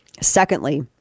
secondly